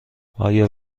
آیا